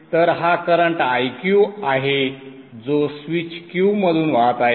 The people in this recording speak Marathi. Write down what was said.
तर हा करंट Iq आहे जो स्विच Q मधून वाहत आहे